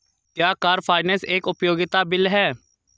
क्या car finance एक उपयोगिता बिल है?